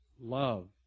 Love